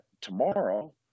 tomorrow